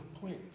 point